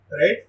Right